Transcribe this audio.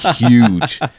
huge